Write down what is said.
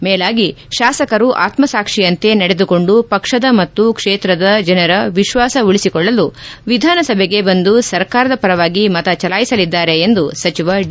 ಮೇಲಾಗಿ ಶಾಸಕರು ಆತ್ಮಸಾಕ್ಷಿಯಂತೆ ನಡೆದುಕೊಂಡು ಪಕ್ಷದ ಮತ್ತು ಕ್ಷೇತ್ರದ ಜನರ ವಿಶ್ವಾಸ ಉಳಿಸಿಕೊಳ್ಳಲು ವಿಧಾನಸಭೆಗೆ ಬಂದು ಸರ್ಕಾರದ ಪರವಾಗಿ ಮತ ಚಲಾಯಿಸಲಿದ್ದಾರೆ ಎಂದು ಸಚಿವ ಡಿ